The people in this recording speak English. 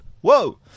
Whoa